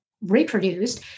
reproduced